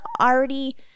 already